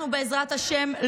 בעזרת השם,